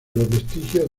vestigios